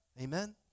Amen